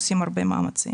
עושים הרבה מאמצים.